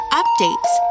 updates